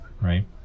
right